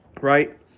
right